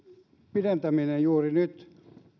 pidentämistä juuri nyt